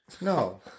No